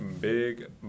Big